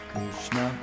Krishna